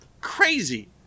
crazy